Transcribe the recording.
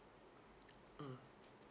mm